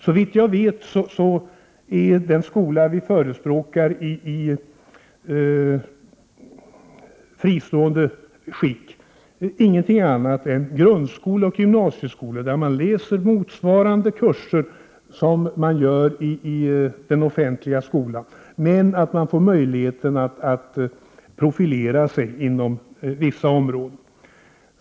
Såvitt jag vet är den skola vi förespråkar i fristående skick ingenting annat än grundskolor och gymnasieskolor, där man läser motsvarande kurser som man läser i den offentliga skolan men där man får möjlighet att profilera sig inom vissa områden.